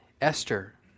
Esther